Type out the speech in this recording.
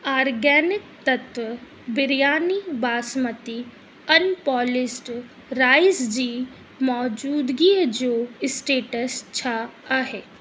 organic तत्त्व biryani basmati unpolished rice जी मौजूदगीअ जो स्टेट्स छा आहे